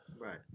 Right